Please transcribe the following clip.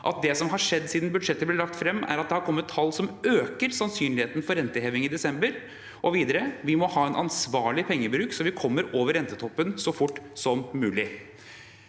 at det som har skjedd siden budsjettet ble lagt fram, er «at det har kommet tall som øker sannsynligheten for renteheving i desember». Og videre: «Vi må ha en ansvarlig pengebruk så vi kommer over rentetoppen så fort som mulig.»